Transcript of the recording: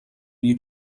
you